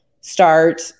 start